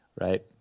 right